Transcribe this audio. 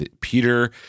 Peter